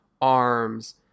ARMS –